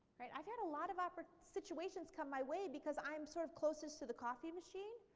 i've had a lot of but situations come my way because i'm sort of closest to the coffee machine.